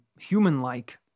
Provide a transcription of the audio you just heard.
human-like